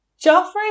Joffrey